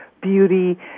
beauty